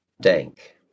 Dank